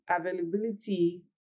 availability